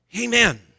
Amen